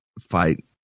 fight